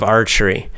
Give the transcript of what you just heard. Archery